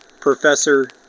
Professor